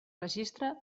registre